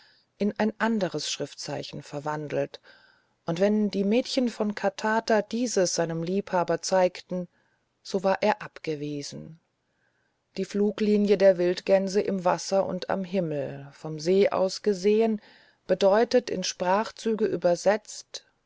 in ein anderes schriftzeichen verwandelt und wenn die mädchen von katata dieses einem liebhaber zeigten so war er abgewiesen die fluglinie der wildgänse im wasser und am himmel vom see aus gesehen bedeutete in sprachzüge übersetzt